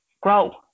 grow